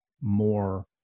more